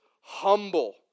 humble